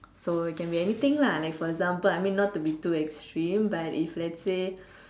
so it can be anything lah like for example I mean not to be too extreme but if let's say